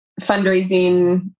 fundraising